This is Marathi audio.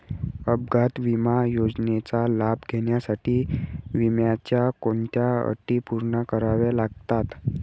अपघात विमा योजनेचा लाभ घेण्यासाठी विम्याच्या कोणत्या अटी पूर्ण कराव्या लागतात?